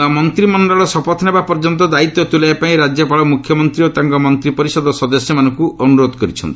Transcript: ନୂଆ ମନ୍ତିମଣ୍ଡଳ ଶପଥ ନେବା ପର୍ଯ୍ୟନ୍ତ ଦାୟିତ୍ୱ ତୁଲାଇବା ପାଇଁ ରାଜ୍ୟପାଳ ମୁଖ୍ୟମନ୍ତ୍ରୀ ଓ ତାଙ୍କ ମନ୍ତ୍ରୀ ପରିଷଦ ସଦସ୍ୟମାନଙ୍କୁ ଅନୁରୋଧ କରିଛନ୍ତି